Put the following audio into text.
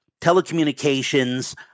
telecommunications